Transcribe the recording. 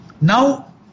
Now